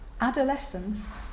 adolescence